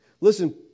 Listen